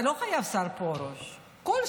אתה לא חייב את השר פרוש, כלשהו,